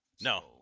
No